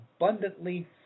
abundantly